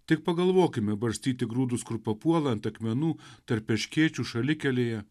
tik pagalvokime barstyti grūdus kur papuola ant akmenų tarp erškėčių šalikelėje